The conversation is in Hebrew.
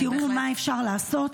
תראו מה אפשר לעשות.